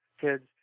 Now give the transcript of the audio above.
kids